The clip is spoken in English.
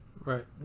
right